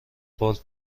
قفل